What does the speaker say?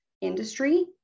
industry